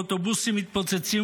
באוטובוסים מתפוצצים,